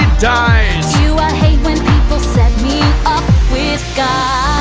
dies. ew, i hate when people set me up with guys.